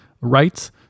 rights